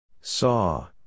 Saw